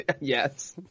Yes